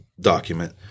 document –